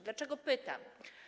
Dlaczego pytam?